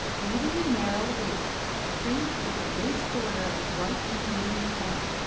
leaving a narrow wake fringed with a lace-like border of white and gleaming foam.